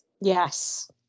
Yes